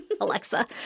Alexa